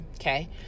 okay